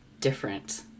different